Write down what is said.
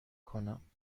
کنم